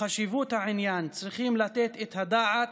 וחשיבות העניין, צריכים לתת את הדעת